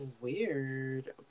weird